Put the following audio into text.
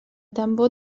tambor